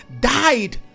died